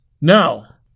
Now